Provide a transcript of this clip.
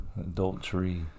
Adultery